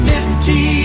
empty